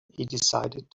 decided